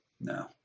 no